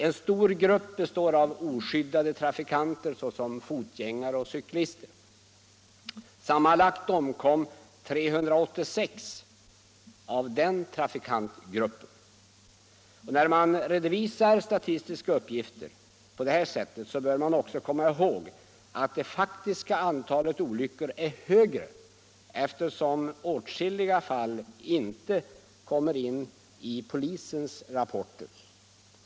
En stor grupp består av oskyddade trafikanter, såsom fotgängare och cyklister. Sammanlagt omkom 386 i den trafikantgruppen. Trafiksäkerhets När man redovisar statistiska uppgifter på det här sättet bör man också och körkortsfrågor, komma ihåg att det faktiska antalet olyckor är större, eftersom åtskilliga — m.m. fall inte kommer in i polisens rapporter.